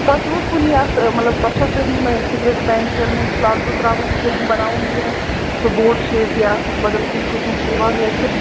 تۄہہِ چھُو حظ کُنہِ یَتھ مطلب تۄہہِ چھا سٲری یِمَے پٮ۪نٛٹٕس یا لوٗز پٕلازو ترٛاوٕنۍ کیٚنٛہہ بناوُن کیٚنٛہہ سُہ بوٹ شیپ یا بدل کُنہِ قٕسمُک شَلوار یا کیٚنٛہہ